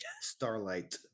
Starlight